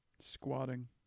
squatting